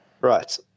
Right